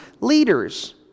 leaders